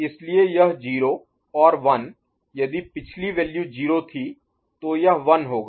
इसलिए यह 0 और 1 यदि पिछली वैल्यू 0 थी तो यह 1 होगा